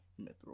Mithril